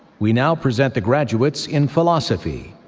we now present the graduates in philosophy.